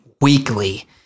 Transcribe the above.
weekly